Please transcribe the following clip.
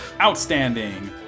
Outstanding